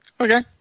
Okay